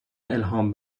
الهام